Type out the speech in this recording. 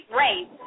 race